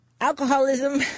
Alcoholism